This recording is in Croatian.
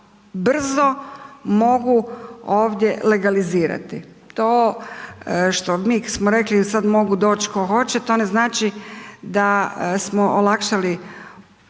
brzo mogu ovdje legalizirati. To što mi smo rekli da sad mogu doći tko hoće, to ne znači da smo olakšali